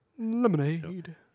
lemonade